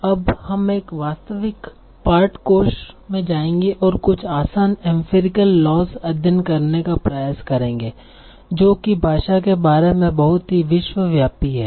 अब हम एक वास्तविक पाठ कोष में जाएंगे और कुछ आसान एम्फिरिकल लॉज़ अध्ययन करने का प्रयास करेंगे जो कि भाषा के बारे में बहुत ही विश्वव्यापी हैं